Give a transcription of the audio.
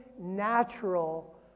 natural